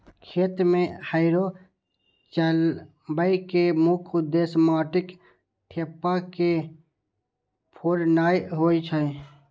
खेत मे हैरो चलबै के मुख्य उद्देश्य माटिक ढेपा के फोड़नाय होइ छै